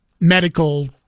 medical